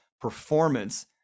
performance